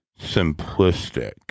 simplistic